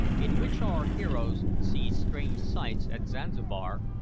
in which our heroes see strange sights at zanzibar,